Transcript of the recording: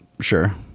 sure